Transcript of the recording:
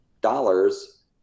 dollars